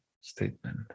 statement